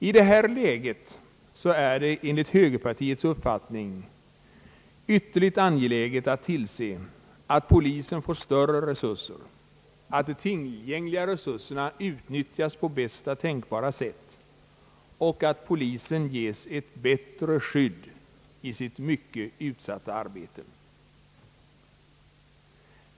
I detta läge är det enligt högerpartiets uppfattning ytterligt angeläget att tillse, att polisen får större resurser, att tillgängliga resurser utnyttjas på bästa tänkbara sätt och att ett bättre skydd ges polisen i dess mycket utsatta arbete.